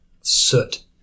soot